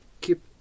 keep